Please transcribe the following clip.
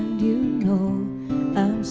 you know